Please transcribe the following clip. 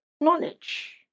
Knowledge